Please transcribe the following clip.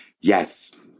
yes